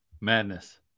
madness